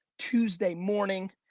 tuesday morning,